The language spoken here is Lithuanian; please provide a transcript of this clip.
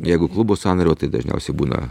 jeigu klubo sąnario tai dažniausiai būna